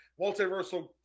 Multiversal